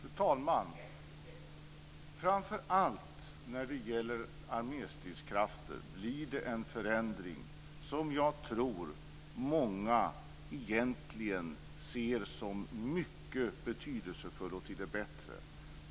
Fru talman! Framför allt när det gäller arméstridskrafter blir det en förändring som jag tror många egentligen ser som mycket betydelsefull och till det bättre.